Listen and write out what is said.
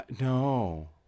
No